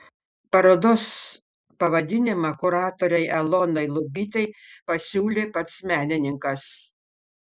parodos pavadinimą kuratorei elonai lubytei pasiūlė pats menininkas